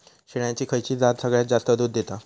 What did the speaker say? शेळ्यांची खयची जात सगळ्यात जास्त दूध देता?